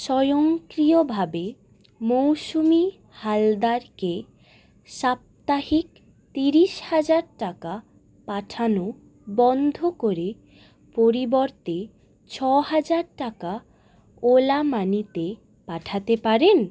স্বয়ংক্রিয়ভাবে মৌসুমি হালদারকে সাপ্তাহিক তিরিশ হাজার টাকা পাঠানো বন্ধ করে পরিবর্তে ছ হাজার টাকা ওলা মানিতে পাঠাতে পারেন